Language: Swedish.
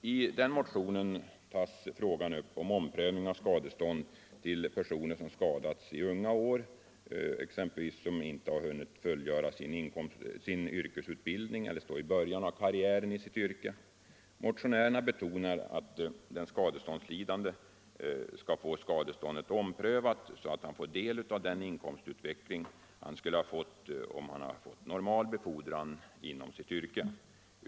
Denna motion tar upp frågan om omprövning av skadestånd till personer som skadats vid unga år, som inte har hunnit fullgöra yrkesutbildning eller som står i början av karriären inom sitt yrke. Motionärerna betonar att den skadelidande bör få skadeståndet omprövat så att han blir delaktig av den inkomstutveckling han skulle ha fått vid normal befordran inom sitt yrke.